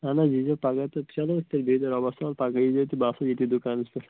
اہن حظ یی زیو پَگہہ تہٕ چَلو تیٚلہِ بِہہ زیو رۄبَس حوال پَگہہ یی زیو تہٕ بہٕ آسو ییٚتی دُکانَس پٮ۪ٹھ